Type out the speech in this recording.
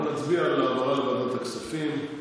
אנחנו נצביע על העברה לוועדת הכספים.